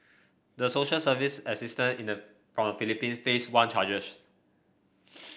the social service assistant in the from the Philippines face one charge